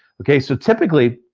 okay, so typically,